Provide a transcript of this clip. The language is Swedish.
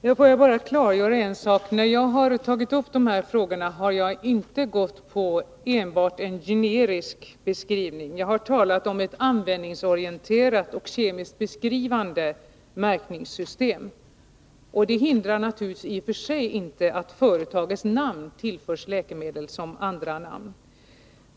Herr talman! Får jag bara klargöra en sak. När jag har tagit upp dessa frågor har jag inte gått på enbart en generisk beskrivning. Jag har talat om ett användningsorienterat och kemiskt beskrivande märkningssystem. Det hindrar naturligtvis inte i och för sig att företagets namn tillförs läkemedlet som andra namn.